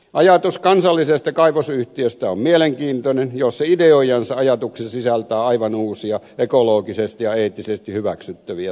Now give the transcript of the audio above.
ajatus kansallisesta kaivosyhtiöstä on mielenkiintoinen jos se ideoijansa ajatuksissa sisältää aivan uusia ekologisesti ja eettisesti hyväksyttäviä toimintatapoja